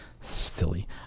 silly